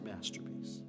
masterpiece